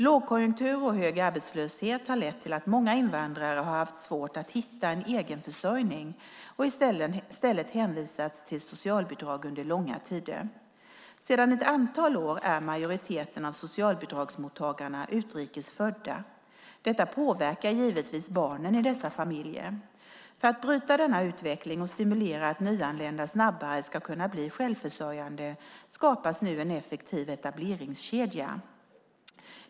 Lågkonjunktur och hög arbetslöshet har lett till att många invandrare har haft svårt att hitta en egenförsörjning och i stället hänvisats till socialbidrag under långa tider. Sedan ett antal år är majoriteten av socialbidragsmottagarna utrikes födda. Detta påverkar givetvis barnen i dessa familjer. För att bryta denna utveckling och stimulera att nyanlända snabbare ska kunna bli självförsörjande skapas nu en effektiv etableringskedja.